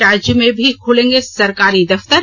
राज्य में भी खुलेंगे सरकारी दफ्तर